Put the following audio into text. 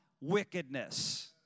wickedness